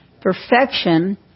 Perfection